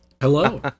hello